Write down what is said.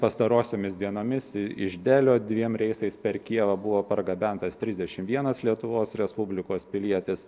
pastarosiomis dienomis iš delio dviem reisais per kyjivą buvo pargabentas trisdešim vienas lietuvos respublikos pilietis